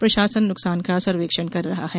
प्रशासन नुकसान का सर्वेक्षण करा रहा है